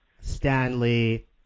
Stanley